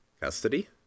custody